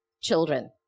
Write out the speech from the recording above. children